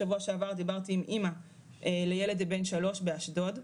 בשבוע שעבר דיברתי עם אמא לילד בן שלוש באשדוד,